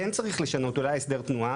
כן אולי צריך לשנות את הסדרי התנועה,